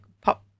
pop